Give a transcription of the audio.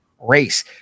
race